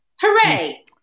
hooray